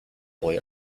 boy